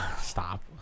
Stop